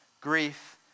grief